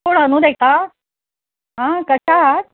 कोण अनुताई का हां कशा आहात